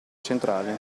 centrale